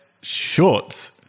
shorts